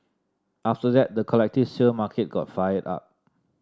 after that the collective sale market got fired up